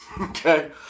Okay